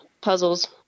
puzzles